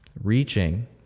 reaching